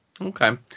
Okay